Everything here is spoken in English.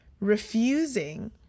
refusing